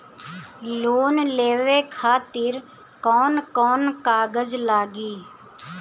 Loan लेवे खातिर कौन कौन कागज लागी?